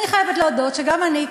אני חייבת להודות שגם אני,